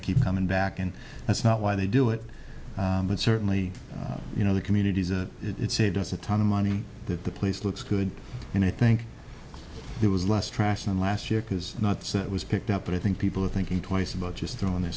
to keep coming back and that's not why they do it but certainly you know the communities and it saved us a ton of money that the place looks good and i think it was less trash than last year because not so it was picked up but i think people are thinking twice about just throwing their